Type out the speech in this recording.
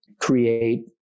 create